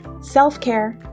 Self-care